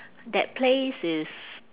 that place is